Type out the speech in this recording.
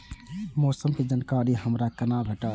मौसम के जानकारी हमरा केना भेटैत?